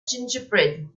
gingerbread